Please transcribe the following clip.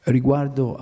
Riguardo